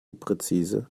präzise